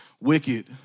wicked